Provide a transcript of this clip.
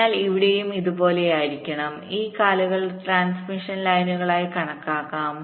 അതിനാൽ ഇവിടെയും ഇതുപോലെയായിരിക്കും ഈ കാലുകൾ ട്രാൻസ്മിഷൻ ലൈനുകളായികണക്കാക്കാം